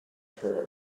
her